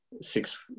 six